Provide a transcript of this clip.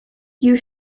you